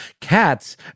cats